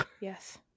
Yes